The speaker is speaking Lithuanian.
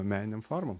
meninėm formom